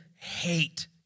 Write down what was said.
hate